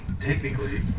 technically